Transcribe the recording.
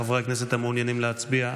חברי הכנסת המעוניינים להצביע,